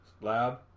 lab